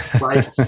right